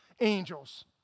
angels